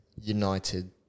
United